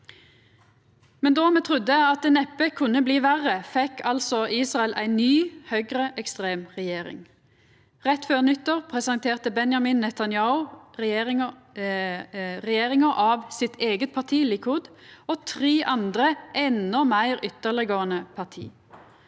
Då me trudde at det neppe kunne bli verre, fekk Israel ei ny høgreekstrem regjering. Rett før nyttår presenterte Benjamin Netanyahu regjeringa av sitt eige parti, Likud, og tre andre endå meir ytterleggåande parti.